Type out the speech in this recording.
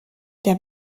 der